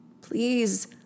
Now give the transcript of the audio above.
Please